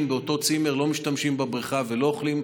באותו צימר ולא משתמשים בבריכה ולא אוכלים,